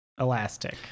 elastic